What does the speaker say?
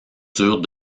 durent